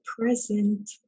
present